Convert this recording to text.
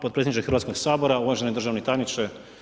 potpredsjedniče Hrvatskog sabora, uvaženi državni tajniče.